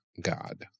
God